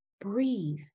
breathe